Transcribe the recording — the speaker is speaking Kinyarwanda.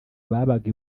babaga